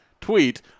tweet